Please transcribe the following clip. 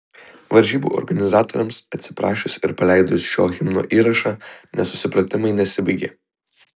varžybų organizatoriams atsiprašius ir paleidus šio himno įrašą nesusipratimai nesibaigė